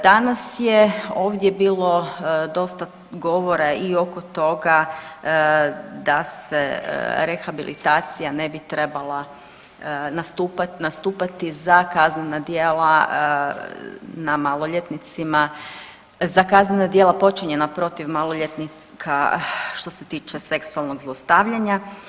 Danas je ovdje bilo dosta govora i oko toga da se rehabilitacija ne bi trebala nastupati za kaznena djela na maloljetnicima, za kaznena djela počinjena protiv maloljetnika što se tiče seksualnog zlostavljanja.